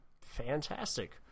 Fantastic